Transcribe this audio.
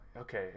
okay